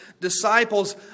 disciples